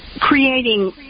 creating –